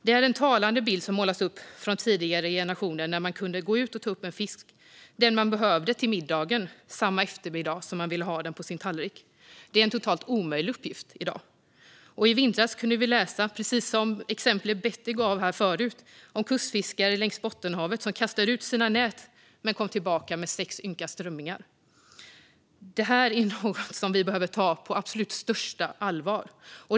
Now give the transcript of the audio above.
Det är en talande bild som målas upp från tidigare generationer när man kunde gå ut och ta upp den fisk man behövde till middagen samma eftermiddag som man ville ha den på sin tallrik. Det är en totalt omöjlig uppgift i dag. I vintras kunde vi läsa - precis som i det exempel Betty gav här tidigare - om kustfiskare längs Bottenhavet som kastade ut sina nät men kom tillbaka med sex ynka strömmingar. Det här är något som vi behöver ta på absolut största allvar.